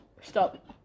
Stop